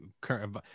current